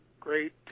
great